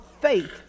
faith